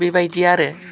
बेबायदि आरो